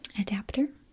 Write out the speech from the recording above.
adapter